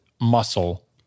muscle